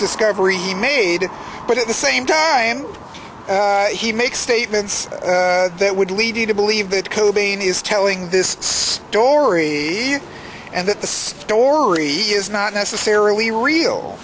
discovery he made but at the same time he makes statements that would lead you to believe that cobain is telling this story and that the story is not necessarily real